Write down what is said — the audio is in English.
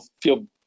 feel